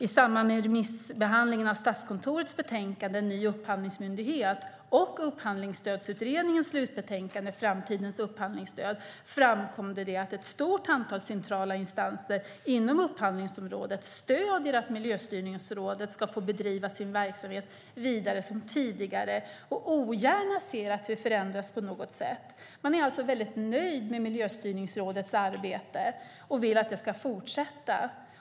I samband med remissbehandlingen av Statskontorets betänkande En ny upphandlingsmyndighet och Upphandlingsstödsutredningens slutbetänkande Upphandlingsstödets framtid framkom det att ett stort antal centrala instanser inom upphandlingsområdet stöder att Miljöstyrningsrådet ska få bedriva sin verksamhet vidare som tidigare och ogärna ser att detta förändras på något sätt. Man är alltså väldigt nöjd med Miljöstyrningsrådets arbete och vill att det ska fortsätta.